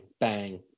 bang